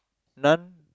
nun